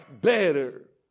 better